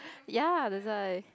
ya that's why